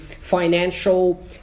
financial